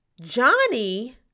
Johnny